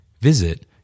Visit